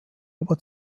aber